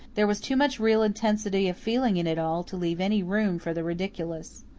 there was too much real intensity of feeling in it all to leave any room for the ridiculous.